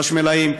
חשמלאים.